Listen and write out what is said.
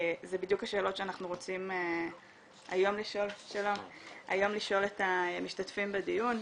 אלה בדיוק השאלות שאנחנו רוצים היום לשאול את המשתתפים בדיון.